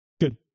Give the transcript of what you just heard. good